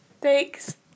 Thanks